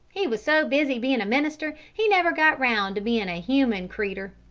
he was so busy bein' a minister, he never got round to bein' a human creeter.